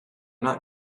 not